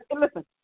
listen